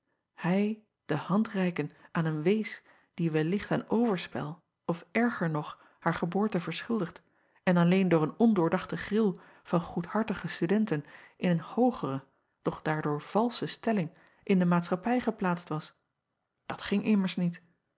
hij de hand reiken aan een wees die wellicht aan overspel of erger nog haar geboorte verschuldigd en alleen door een ondoordachten gril van goedhartige studenten in een hoogere doch daardoor valsche stelling in de maatschappij geplaatst was dat ging immers niet